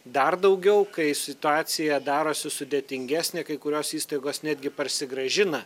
dar daugiau kai situacija darosi sudėtingesnė kai kurios įstaigos netgi parsigrąžina